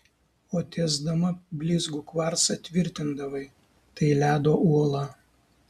o tiesdama blizgų kvarcą tvirtindavai tai ledo uola